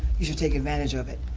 you should take advantage of it.